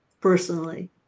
personally